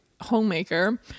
homemaker